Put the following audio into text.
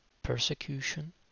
Persecution